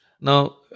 Now